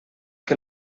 que